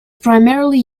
primarily